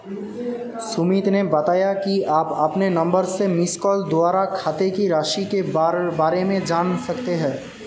सुमित ने बताया कि आप अपने नंबर से मिसकॉल द्वारा खाते की राशि के बारे में जान सकते हैं